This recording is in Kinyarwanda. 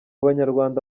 banyarwanda